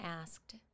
asked